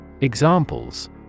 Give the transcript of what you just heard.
Examples